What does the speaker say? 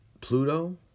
Pluto